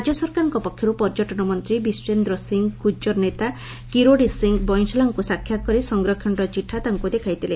ରାଜ୍ୟ ସରକାରଙ୍କ ପକ୍ଷରୁ ପର୍ଯ୍ୟଟନ ମନ୍ତ୍ରୀ ବିଶ୍ନେନ୍ଦ ସିଂହ ଗ୍ରଜର ନେତା କିରୋଡି ସିଂହ ବଇଁସଲାଙ୍କୁ ସାକ୍ଷାତ କରି ସଂରକ୍ଷଣର ଚିଠା ତାଙ୍କୁ ଦେଖାଇଥିଲେ